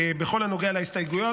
בכל הנוגע בהסתייגויות,